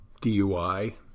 DUI